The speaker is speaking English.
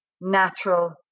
natural